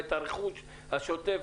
את הרכוש השוטף,